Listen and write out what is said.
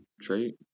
trait